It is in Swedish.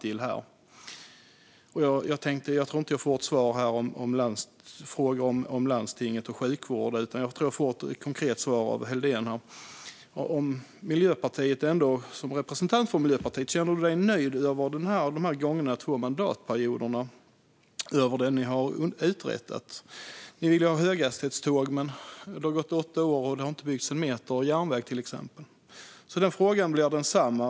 Nu tror jag inte att jag får en fråga om landstinget och sjukvården, utan jag tror att jag får ett konkret svar av Helldén. Känner du dig som representant för Miljöpartiet nöjd med det ni uträttade de gångna två mandatperioderna? Ni vill ha höghastighetståg, men på åtta år har det inte byggts en meter järnväg, till exempel. Frågan blir densamma.